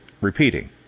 repeating